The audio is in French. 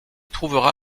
trouvera